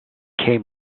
came